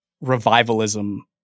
revivalism